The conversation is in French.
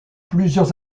plusieurs